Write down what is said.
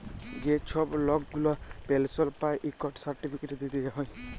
যে ছব লক গুলা পেলশল পায় ইকট সার্টিফিকেট দিতে হ্যয়